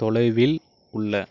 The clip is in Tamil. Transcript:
தொலைவில் உள்ள